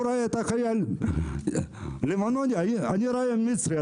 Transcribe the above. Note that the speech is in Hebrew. הוא רואה את החייל הלבנוני, אני רואה את המצרי.